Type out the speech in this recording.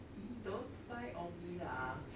!ee! don't spy on me lah